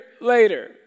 later